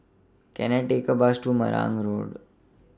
Can I Take A Bus to Marang Road